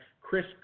Chris